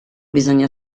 bisogna